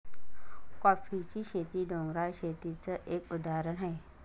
कॉफीची शेती, डोंगराळ शेतीच एक उदाहरण आहे